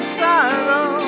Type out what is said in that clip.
sorrow